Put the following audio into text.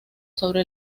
sobre